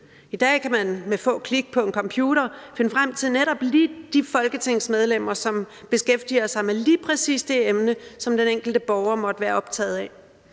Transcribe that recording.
I dag kan man med få klik på en computer finde frem til netop lige de folketingsmedlemmer, som beskæftiger sig med lige præcis det emne, som den enkelte borger måtte være optaget af.